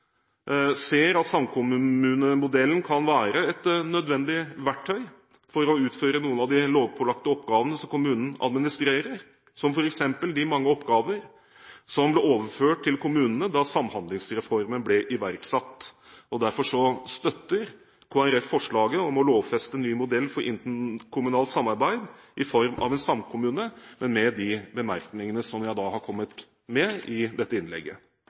ser at samkommunemodellen kan være et nødvendig verktøy for å utføre noen av de lovpålagte oppgavene som kommunen administrerer, som f.eks. de mange oppgaver som ble overført til kommunene da Samhandlingsreformen ble iverksatt. Derfor støtter Kristelig Folkeparti forslaget om å lovfeste ny modell for interkommunalt samarbeid i form av en samkommune, men med de bemerkningene som jeg da har kommet med i dette innlegget.